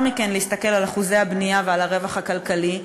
מכן להסתכל על אחוזי הבנייה ועל הרווח הכלכלי,